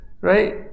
right